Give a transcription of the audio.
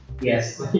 Yes